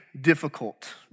difficult